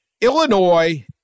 Illinois